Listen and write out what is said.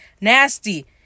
Nasty